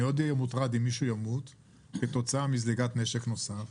אני מאוד יהיה מוטרד אם מישהו ימות כתוצאה מזליגת נשק נוסף,